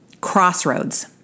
crossroads